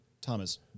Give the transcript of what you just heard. Thomas